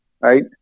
Right